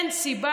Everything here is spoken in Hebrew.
אין סיבה,